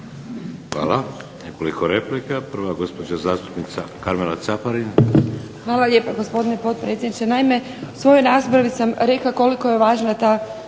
Hvala. Nekoliko replika. Prva gospođa zastupnica Karmela Caparin. **Caparin, Karmela (HDZ)** Hvala lijepa gospodine potpredsjedniče. Naime, u svojoj raspravi sam rekla koliko je važna ta